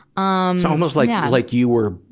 um almost like, yeah like you were,